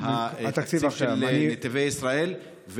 התקציב של נתיבי ישראל.